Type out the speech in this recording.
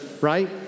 right